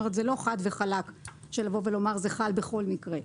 זאת אומרת זה לא חד וחלק לומר שזה חל בכל מקרה.